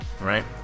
right